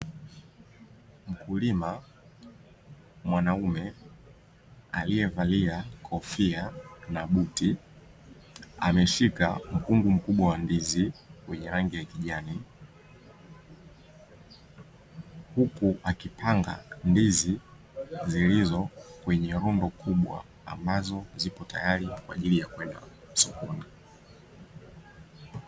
Mkulima mwanaume aliyevalia kofia na buti ameshika mkungu mkubwa wa ndizi wenye rangi ya kijani, huku akipanga ndizi zilizo kwenye rundo kubwa ambazo ziko tayari kwa ajili ya kwenda sokoni.